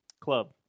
club